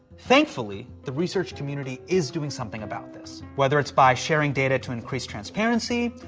thankfully, the research community is doing something about this. whether it's by sharing data to increase transparency,